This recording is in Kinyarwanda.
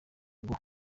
ngo